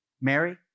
Mary